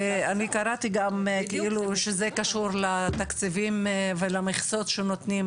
ואני קראתי גם שזה קשור לתקציבים ולמכסות שנותנים